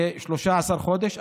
ל-13 חודשים.